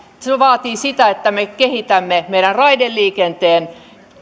se vaatii sitä että me kehitämme meidän raideliikenteemme